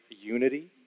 unity